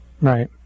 Right